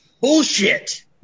Bullshit